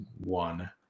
one